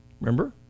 remember